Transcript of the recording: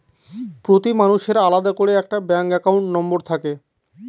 প্রতি মানুষের আলাদা করে একটা ব্যাঙ্ক একাউন্ট নম্বর থাকে